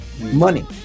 money